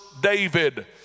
David